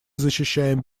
защищаем